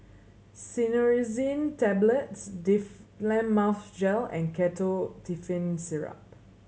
Cinnarizine Tablets Difflam Mouth Gel and Ketotifen Syrup